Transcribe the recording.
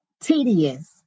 tedious